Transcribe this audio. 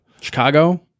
Chicago